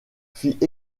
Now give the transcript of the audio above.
fit